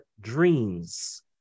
dreams